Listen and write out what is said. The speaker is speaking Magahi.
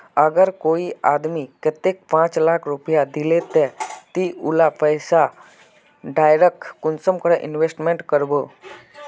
अगर कोई आदमी कतेक पाँच लाख रुपया दिले ते ती उला पैसा डायरक कुंसम करे इन्वेस्टमेंट करबो?